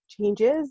changes